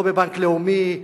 לא בבנק לאומי.